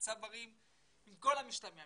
צברים על כל המשתמע מכך,